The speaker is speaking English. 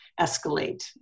escalate